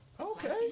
Okay